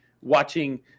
watching